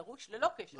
דרוש ללא קשר לקורונה.